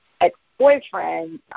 ex-boyfriend